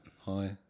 Hi